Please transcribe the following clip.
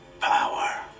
power